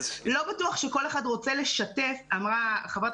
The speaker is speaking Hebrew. לא בטוח שכל אחד רוצה לשתף אמרה חברת